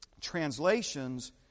translations